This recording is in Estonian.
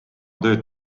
tööd